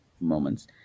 moments